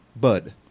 Bud